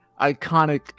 iconic